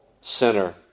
sinner